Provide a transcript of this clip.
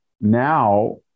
Now